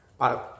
para